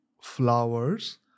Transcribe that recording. flowers